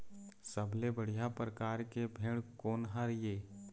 सबले बढ़िया परकार के भेड़ कोन हर ये?